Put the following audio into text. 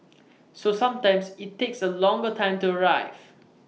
so sometimes IT takes A longer time to arrive